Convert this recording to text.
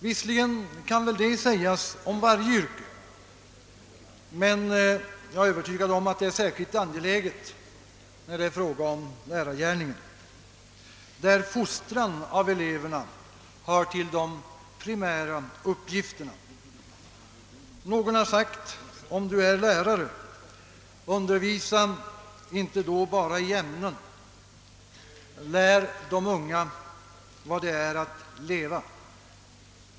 Visserligen kan väl detta sägas om varje yrke, men jag är övertygad om att det är särskilt angeläget i fråga om lärargärningen, där fostran av eleverna hör till de primära uppgifterna. Någon har sagt: Om du är lärare, undervisa då inte bara i ämnen — lär de unga vad det är att leva!